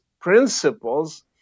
principles